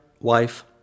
wife